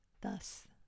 Thus